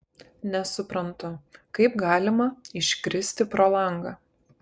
nesuprantu kaip galima iškristi pro langą